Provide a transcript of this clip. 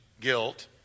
guilt